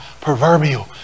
proverbial